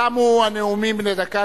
תמו הנאומים בני הדקה.